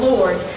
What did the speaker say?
Lord